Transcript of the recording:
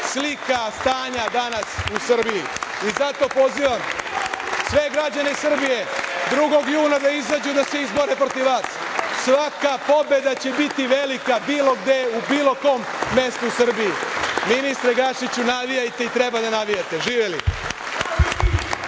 slika stanja danas u Srbiji i zato pozivam sve građane Srbije 2. juna da izađu da se izbore protiv vas. Svaka pobeda će biti velika bilo gde, u bilo kom mestu u Srbiji. Ministre Gašiću, navijajte i treba da navijate. Živeli.